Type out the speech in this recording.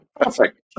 perfect